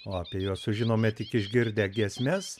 o apie juos sužinome tik išgirdę giesmes